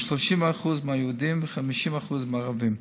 כ-30% מהיהודים וכ-50% מהערבים.